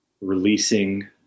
releasing